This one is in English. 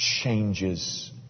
changes